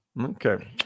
Okay